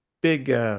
big